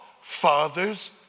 fathers